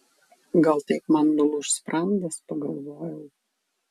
gal taip man nulūš sprandas pagalvojau